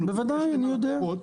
אנחנו בקשר עם הלקוחות,